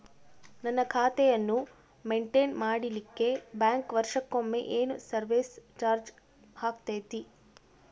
ನನ್ನ ಖಾತೆಯನ್ನು ಮೆಂಟೇನ್ ಮಾಡಿಲಿಕ್ಕೆ ಬ್ಯಾಂಕ್ ವರ್ಷಕೊಮ್ಮೆ ಏನು ಸರ್ವೇಸ್ ಚಾರ್ಜು ಹಾಕತೈತಿ?